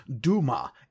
Duma